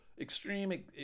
extreme